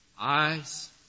Eyes